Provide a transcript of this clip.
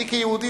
אני כיהודי,